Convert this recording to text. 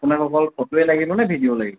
আপোনাক অকল ফটোৱে লাগিবনে ভিডিঅ'ও লাগিব